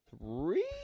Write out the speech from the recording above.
three